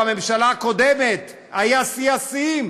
בממשלה הקודמת היה שיא השיאים,